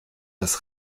das